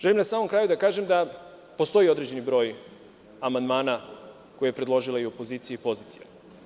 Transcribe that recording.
Želim na samom kraju da kažem da postoji određeni broj amandmana koji je predložila i opozicija i pozicija.